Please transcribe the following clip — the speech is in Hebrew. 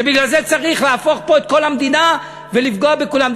שבגלל זה צריך להפוך פה את כל המדינה ולפגוע בכולם.